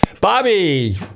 Bobby